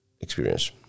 experience